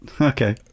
Okay